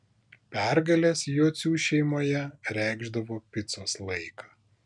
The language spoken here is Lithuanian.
pergalės jocių šeimoje reikšdavo picos laiką